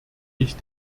ich